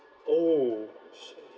oh shit